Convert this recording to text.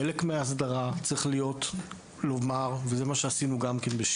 חלק מההסדרה צריכה להיות לומר וזה מה שגם עשינו בשיבא